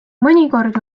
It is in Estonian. mõnikord